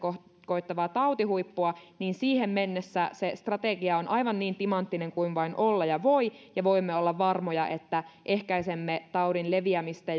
koittavaa tautihuippua niin siihen mennessä se strategia on aivan niin timanttinen kuin vain olla ja voi ja voimme olla varmoja että ehkäisemme taudin leviämistä